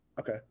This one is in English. Okay